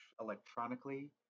electronically